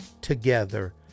together